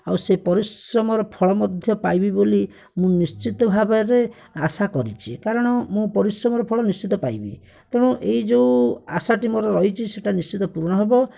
ଆଉ ସେଇ ପରିଶ୍ରମ ର ଫଳ ମଧ୍ୟ ପାଇବି ବୋଲି ମୁଁ ନିଶ୍ଚିନ୍ତ ଭାବରେ ଆଶା କରିଛି କାରଣ ମୁଁ ପରିଶ୍ରମ ର ଫଳ ନିଶ୍ଚିନ୍ତ ପାଇବି ତେଣୁ ଏଇ ଯୋଉ ଆଶା ଟି ମୋର ରହିଛି ସେଟା ନିଶ୍ଚିନ୍ତ ପୂରଣ ହେବ